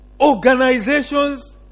organizations